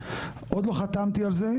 עוד לא חתמתי על זה.